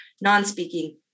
non-speaking